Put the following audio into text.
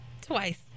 Twice